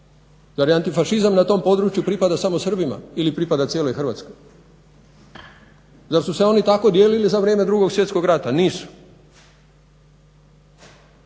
Zar antifašizam na tom području pripada samo Srbima ili pripada cijeloj Hrvatskoj. Zar su se oni tako dijelili za vrijeme Drugog svjetskog rata? Nisu.